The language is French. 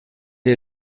est